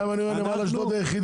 הרבה